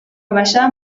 baixar